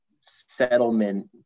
settlement